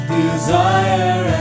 desire